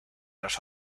los